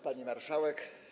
Pani Marszałek!